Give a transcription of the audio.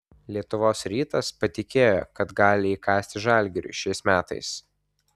lietuvos rytas patikėjo kad gali įkasti žalgiriui šiais metais